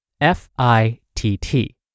F-I-T-T